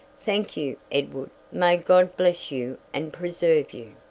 thank you, edward may god bless you and preserve you!